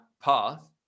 path